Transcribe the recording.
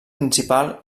principal